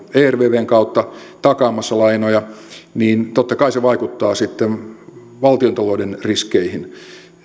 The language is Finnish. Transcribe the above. ervvn kautta takaamassa lainoja ja totta kai se vaikuttaa valtiontalouden riskeihin